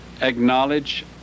acknowledge